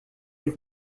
les